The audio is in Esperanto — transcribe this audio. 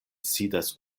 sidas